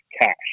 cash